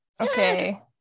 Okay